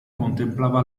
contemplava